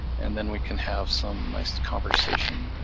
and then we can have some nice conversation.